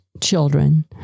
children